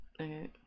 Okay